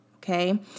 Okay